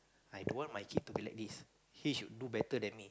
I don't want my kid to be like this he should do better than me